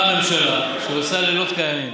אז באה הממשלה, שעושה לילות כימים